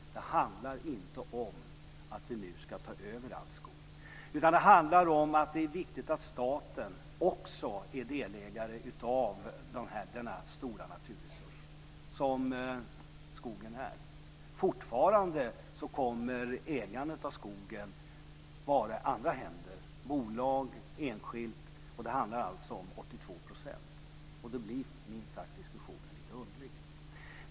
Det handlar inte om att vi nu ska ta över all skog. Det handlar om att det är viktigt att staten också är delägare av denna stora naturresurs som skogen är. Fortfarande kommer ägandet av skogen att vara i andra händer - bolag, enskilt - och det handlar alltså om 82 %, och då blir minst sagt diskussionen lite underlig.